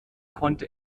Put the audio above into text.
konnte